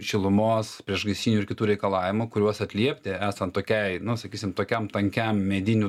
šilumos priešgaisrinių ir kitų reikalavimų kuriuos atliepti esant tokiai nu sakysim tokiam tankiam medinių